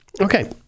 Okay